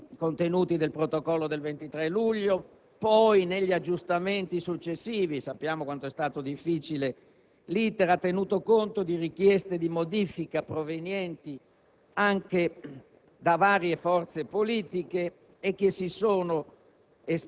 i contenuti del Protocollo del 23 luglio scorso, poi negli aggiustamenti successivi - sappiamo quanto sia stato difficile l'*iter* - ha tenuto conto di richieste di modifica provenienti anche da varie forze politiche che si sono